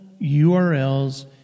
URLs